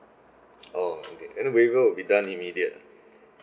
oh okay then waiver will be done immediate ah